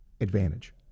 advantage